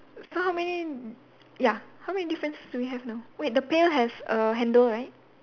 so how many ya how many differences do we have now wait the pail has a handle right